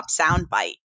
soundbite